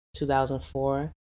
2004